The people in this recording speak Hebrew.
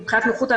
מבחינת נוחות,